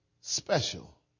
special